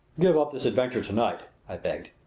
give up this adventure to-night! i begged.